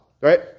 right